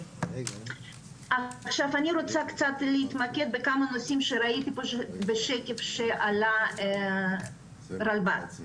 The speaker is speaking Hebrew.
אני רוצה להתמקד בכמה נושאים שראיתי פה בשקף שהעלה הרלב"ד.